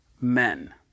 men